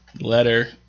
letter